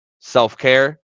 self-care